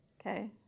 Okay